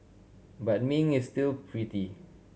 but Ming is still pretty